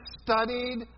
studied